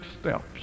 steps